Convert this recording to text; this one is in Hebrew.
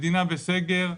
מדינה בסגר,